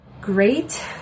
Great